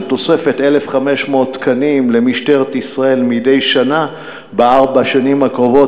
תוספת 1,500 תקנים למשטרת ישראל מדי שנה בארבע השנים הקרובות.